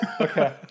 Okay